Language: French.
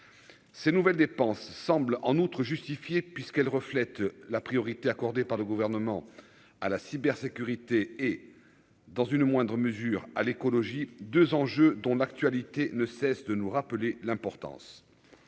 ces nouvelles dépenses semble en outre justifié puisqu'elle reflète la priorité accordée par le gouvernement à la cybersécurité et dans une moindre mesure à l'écologie 2 enjeux dont l'actualité ne cesse de nous rappeler l'importance,